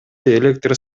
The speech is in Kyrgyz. электр